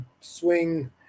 swing